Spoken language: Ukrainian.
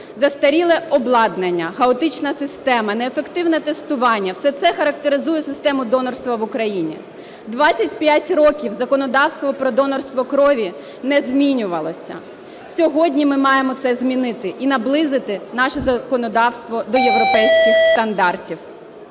Застаріле обладнання, хаотична система, неефективне тестування – все це характеризує систему донорства в Україні. 25 років законодавство про донорство крові не змінювалося. Сьогодні ми маємо це змінити і наблизити наше законодавство до європейських стандартів.